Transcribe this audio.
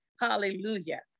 hallelujah